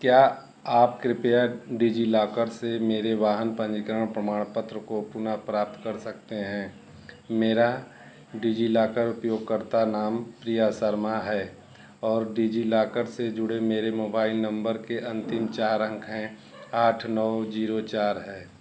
क्या आप कृपया डिजिलॉकर से मेरे वाहन पंजीकरण प्रमाण पत्र को पुनः प्राप्त कर सकते हैं मेरा डिजिलॉकर उपयोगकर्ता नाम प्रिया शर्मा है और डिजिलॉकर से जुड़े मेरे मोबाइल नम्बर के अंतिम चार अंक हैं आठ नौ जीरो चार हैं